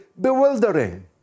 bewildering